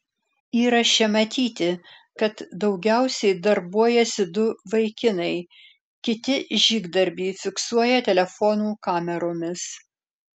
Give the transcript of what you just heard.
įraše matyti kad daugiausiai darbuojasi du vaikinai kiti žygdarbį fiksuoja telefonų kameromis